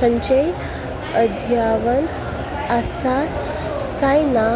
खंयचेंय अद्यावत आसा काय ना